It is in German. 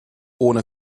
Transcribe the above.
ohne